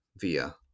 via